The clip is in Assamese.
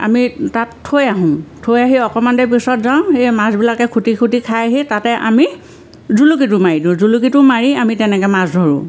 আমি তাত থৈ আহোঁ থৈ আহি অকমান দেৰি পিছত যাওঁ সেই মাছবিলাকে খুটি খুটি খায়হি তাতে আমি জুলুকিটো মাৰি দিওঁ জুলুকিটো মাৰি আমি তেনেকে মাছ ধৰোঁ